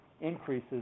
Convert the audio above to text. increases